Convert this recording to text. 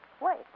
Wait